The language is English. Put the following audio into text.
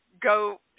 go